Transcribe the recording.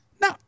No